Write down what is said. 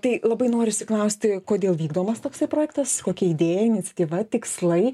tai labai norisi klausti kodėl vykdomas toksai projektas kokia idėja iniciatyva tikslai